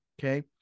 Okay